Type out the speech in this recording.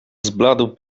zbladł